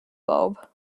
bulb